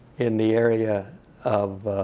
in the area of